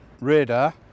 radar